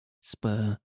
spur